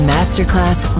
Masterclass